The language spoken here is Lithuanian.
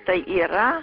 tai yra